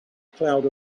cloud